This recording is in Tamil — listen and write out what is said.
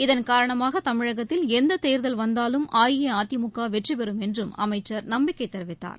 இதன் காரணமாகதமிழகத்தில் எந்ததேர்தல் வந்தாலும் அஇஅதிமுகவெற்றிபெறும் என்றும் அமைச்சர் நம்பிக்கைதெரிவித்தார்